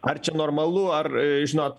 ar čia normalu ar žinot